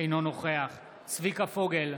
אינו נוכח צביקה פוגל,